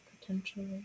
potentially